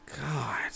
God